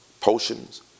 potions